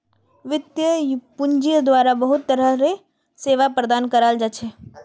वित्तीय पूंजिर द्वारा बहुत तरह र सेवा प्रदान कराल जा छे